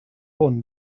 hwn